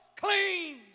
clean